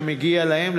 שמגיע להם,